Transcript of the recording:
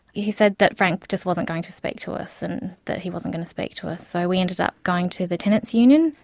he said that frank just wasn't going to speak to us, and that he wasn't going to speak to us. so we up going to the tenants' union,